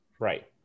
Right